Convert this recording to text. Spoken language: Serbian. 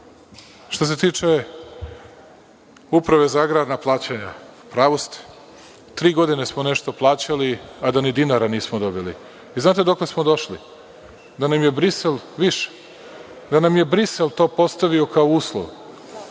to. Što se tiče Uprave za agrarna plaćanja, u pravu ste, tri godine smo nešto plaćali, a da ni dinara nismo dobili. Znate dokle smo došli? Da nam je Brisel postavio to kao uslov,